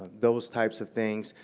those types of things.